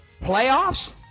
playoffs